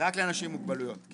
רק לאנשים עם מוגבלויות.